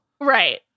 Right